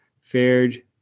fared